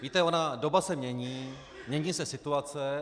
Víte, ona doba se mění, mění se situace.